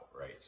right